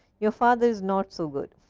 your father is not so good,